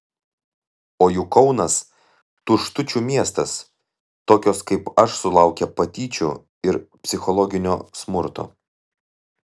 o juk kaunas tuštučių miestas tokios kaip aš sulaukia patyčių ir psichologinio smurto